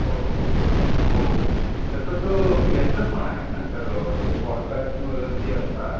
हो हो हो तसं तर याचं पण आहे ना सर ते पॉडकास्ट मग जे असतात